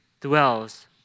dwells